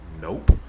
nope